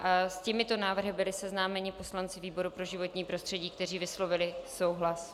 S těmito návrhy byli seznámeni poslanci výboru pro životní prostředí, kteří vyslovili souhlas.